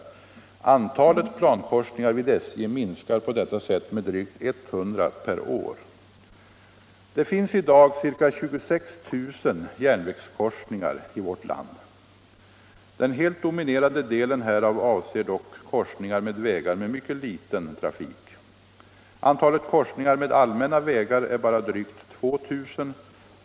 Antalet plankorsningar vid SJ minskar på detta sätt med drygt 100 per år. Det finns i dag ca 26 000 järnvägskorsningar i vårt land. Den helt dominerande delen härav avser dock korsningar med vägar med mycket liten trafik. Antalet korsningar med allmänna vägar är bara drygt 2 000.